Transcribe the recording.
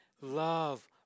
love